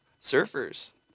Surfers